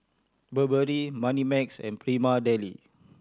burberry Moneymax and Prima Deli